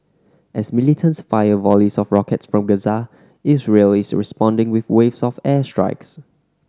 as militants fire volleys of rockets from Gaza Israel is responding with waves of air strikes